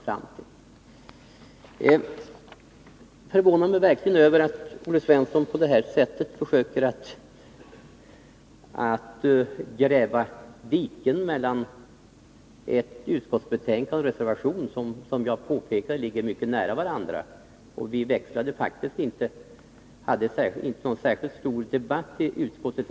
Det förvånar mig verkligen att Olle Svensson på det här sättet försöker att gräva diken mellan en utskottsmajoritet och en reservation som — det påpekade jag också — ligger mycket nära varandra. Vi hade faktiskt inte någon särskilt stor debatt i utskottet.